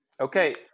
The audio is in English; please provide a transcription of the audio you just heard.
Okay